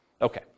Okay